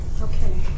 Okay